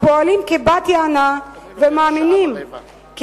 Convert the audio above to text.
הפועלים כבת-יענה ומאמינים כי